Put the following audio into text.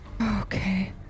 Okay